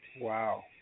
Wow